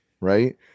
right